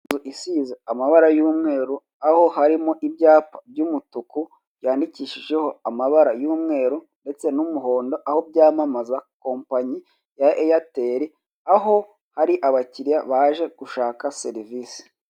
Inzu isize amabara y'umweru, aho harimo ibyapa by'umutuku byandikishijeho amabara y'umweru ndetse n'umuhondo, aho byamamaza kompanyi ya Airtel, aho hari abakiriya baje gushaka serivisi.